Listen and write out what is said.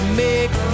make